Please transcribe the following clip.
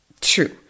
true